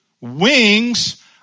wings